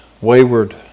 wayward